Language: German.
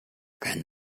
kann